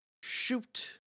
Shoot